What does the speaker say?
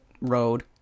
road